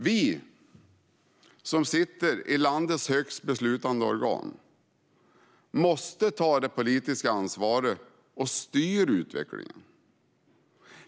Vi som sitter i landets högsta beslutande organ måste ta det politiska ansvaret och styra utvecklingen.